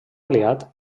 aliat